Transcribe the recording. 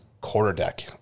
Quarterdeck